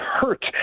hurt